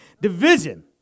Division